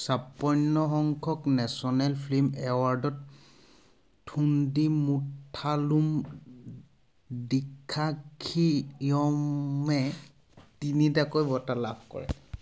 ছাপন্ন সংখ্যক national film এৱাৰ্ডত থোণ্ডিমুথালুম দৃক্ষাক্ষিয়মে তিনিটাকৈ বঁটা লাভ কৰে